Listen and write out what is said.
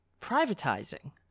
privatizing